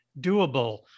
doable